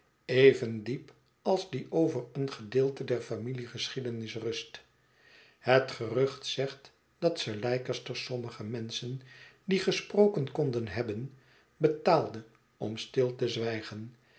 even diep als die over een gedeelte der familiegeschiedenis rust het gerucht zegt dat sir leicester sommige menschen die gesproken konden hebben betaalde om stil te zwijgen